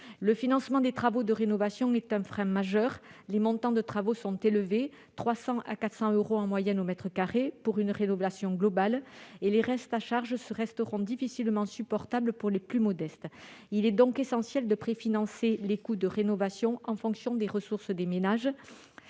Le financement des travaux de rénovation est un frein majeur. Les montants de travaux sont élevés, de l'ordre de 300 euros à 400 euros en moyenne par mètre carré pour une rénovation globale, et les restes à charge seront difficilement supportables pour les plus modestes. Il est donc essentiel de préfinancer les coûts de rénovation en fonction des ressources des ménages.